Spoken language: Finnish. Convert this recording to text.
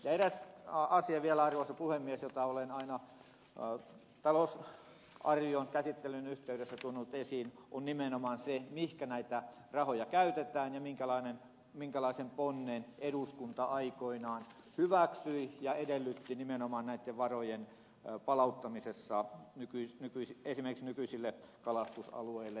eräs asia vielä arvoisa puhemies jota olen aina talousarvion käsittelyn yhteydessä tuonut esiin on nimenomaan se mihin näitä rahoja käytetään ja minkälaisen ponnen eduskunta aikoinaan hyväksyi ja edellytti nimenomaan näitten varojen palauttamisessa esimerkiksi nykyisille kalastusalueille